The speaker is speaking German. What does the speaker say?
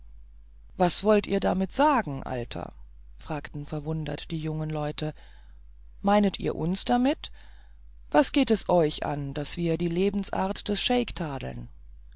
was wollt ihr damit sagen alter fragten verwundert die jungen leute meinet ihr uns damit was geht es euch an daß wir die lebensart des scheik tadeln